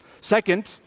Second